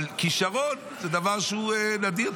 אבל כישרון זה דבר שהוא נדיר.